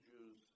Jews